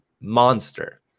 monster